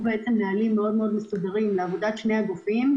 נהלים מאוד מסודרים לעבודת שני הגופים,